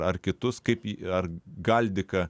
ar kitus kaip į ar galdiką